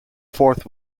fourth